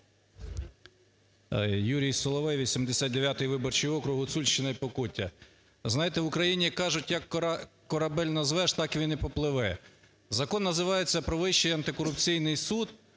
Юрій Соловей, 89 виборчий округ, Гуцульщина і Покуття. Знаєте, в Україні кажуть, як корабель назвеш, так він і попливе. Закон називається "Про Вищий антикорупційний суд",